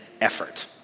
effort